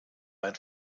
ein